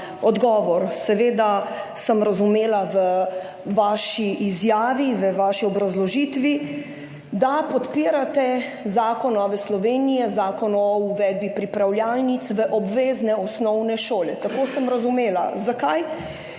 odgovor. Seveda sem razumela v vaši izjavi, v vaši obrazložitvi, da podpirate zakon Nove Slovenije, Zakon o uvedbi pripravljalnic v obvezne osnovne šole. Tako sem razumela. Zakaj?